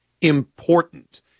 important